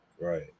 Right